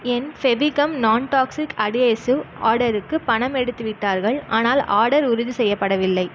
என் Fevicol nontoxic adhesive ஆர்டருக்கு பணம் எடுத்து விட்டார்கள் ஆனால் ஆர்டர் உறுதி செய்யப்படவில்லை